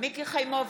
מיקי חיימוביץ'